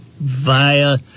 via